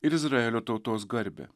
ir izraelio tautos garbę